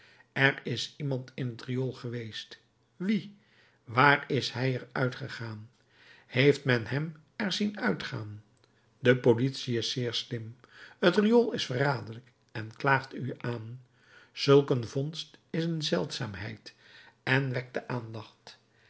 er is iemand in het riool geweest wie waar is hij er uit gegaan heeft men hem er zien uitgaan de politie is zeer slim het riool is verraderlijk en klaagt u aan zulk een vond is een zeldzaamheid het wekt de aandacht